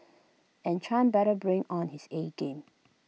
and chan better bring on his A game